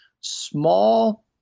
small